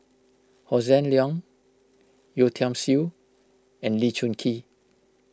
Hossan Leong Yeo Tiam Siew and Lee Choon Kee